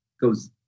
goes